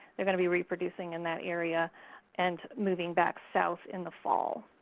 they're going to be reproducing in that area and moving back south in the fall.